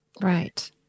Right